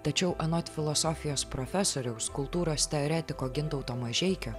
tačiau anot filosofijos profesoriaus kultūros teoretiko gintauto mažeikio